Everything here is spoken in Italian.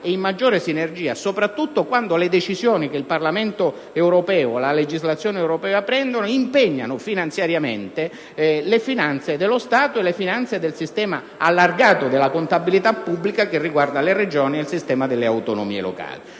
sintonia e sinergia, soprattutto quando le decisioni del Parlamento europeo e la legislazione europea impegnino finanziariamente le finanze dello Stato e del sistema allargato della contabilità pubblica che riguarda le Regioni e il sistema delle autonomie locali.